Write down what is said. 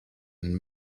and